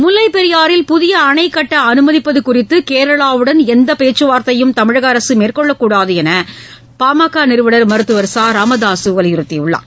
முல்லைப் பெரியாற்றில் புதிய அணைக் கட்ட அனுமதிப்பது குறித்து கேளாவுடன் எவ்வித பேச்சுவார்த்தையும் தமிழக அரசு மேற்கொள்ளக்கூடாது என்று பாமக நிறுவனர் மருத்துவர் ச ராமதாக வலியுறுத்தியுள்ளார்